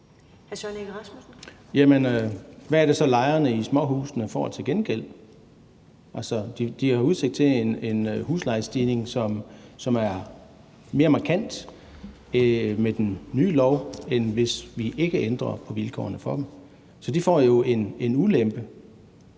hvad er det så, lejerne i småhusene får til gengæld? De har jo med den nye lov udsigt til en huslejestigning, som er mere markant, end hvis vi ikke ændrer på vilkårene for dem. Så de får jo en ulempe.